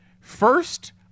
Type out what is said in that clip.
first